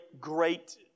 great